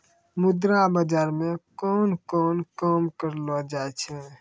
मुद्रा बाजार मे कोन कोन काम करलो जाय छै